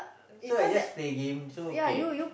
so I just play game so okay